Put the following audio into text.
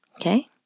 Okay